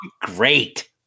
great